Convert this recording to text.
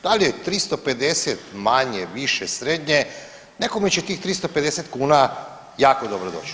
Da li je 350 manje, više, srednje, nekome će tih 350 kuna jako dobro doći.